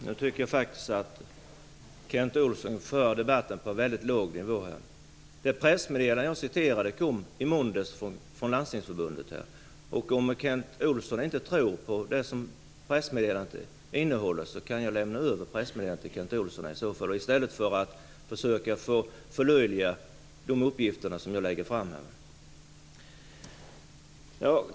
Herr talman! Jag tycker faktiskt att Kent Olsson för debatten på en väldigt låg nivå. Det pressmeddelande som jag citerade kom från Landstingsförbundet i måndags. Om Kent Olsson inte tror på innehållet i pressmeddelandet kan jag lämna över det, så att han inte behöver förlöjliga de uppgifter som jag presenterar.